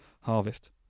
harvest